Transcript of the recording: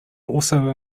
also